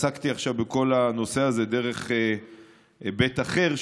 עסקתי עכשיו בכל הנושא הזה דרך היבט אחר,